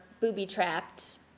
booby-trapped